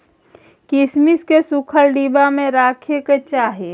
किशमिश केँ सुखल डिब्बा मे राखे कय चाही